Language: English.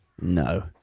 No